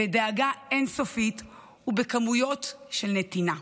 בדאגה אין-סופית ובכמויות של נתינה.